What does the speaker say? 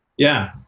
yeah,